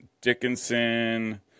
Dickinson